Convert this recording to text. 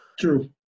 True